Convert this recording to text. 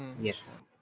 Yes